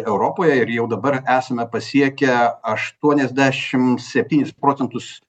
europoje ir jau dabar esame pasiekę aštuoniasdešimt septynis procentus